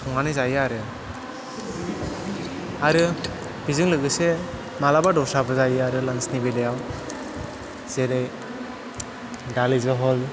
संनानै जायो आरो आरो बेजों लोगोसे मालाबा दस्राबो जायो आरो लान्सनि बेलायाव जेरै दालि जहल